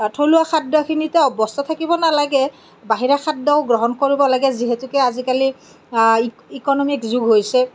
থলুৱা খাদ্যখিনিতে অভ্যস্ত থাকিব নালাগে বাহিৰা খাদ্যও গ্ৰহণ কৰিব লাগে যিহেতুকে আজিকালি ইক'নমিক যুগ হৈছে